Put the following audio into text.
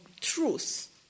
truth